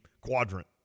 quadrant